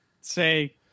say